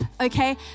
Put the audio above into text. okay